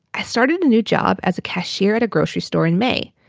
i started a new job as a cashier at a grocery store in may.